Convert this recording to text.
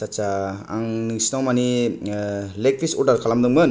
आटसा आं नोंसिनाव मानि लेग पिस अर्डार खालामदोंमोन